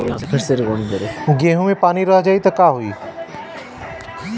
गेंहू मे पानी रह जाई त का होई?